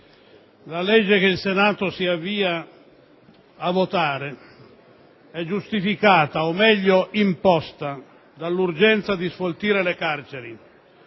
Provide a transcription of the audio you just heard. la legge che il Senato si avvia a votare è giustificata, o meglio imposta dall'urgenza di sfoltire le carceri